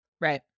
Right